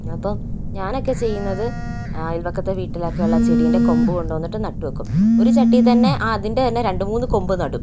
അപ്പോൾ ഞാനൊക്കെ ചെയ്യുന്നത് അയൽവക്കത്തെ വീട്ടിലൊക്കെ ഉള്ള ചെടിയുടെ കൊമ്പ് കൊണ്ടുവന്നിട്ട് നട്ട് വെക്കും ഒരു ചട്ടിയിൽ തന്നെ അതിൻറെ തന്നെ രണ്ടു മൂന്ന് കൊമ്പ് നടും